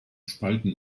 spalten